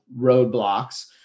roadblocks